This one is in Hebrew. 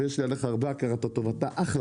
ויש לי עליך הרבה הכרת הטוב; אתה אחלה